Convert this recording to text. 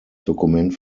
dokument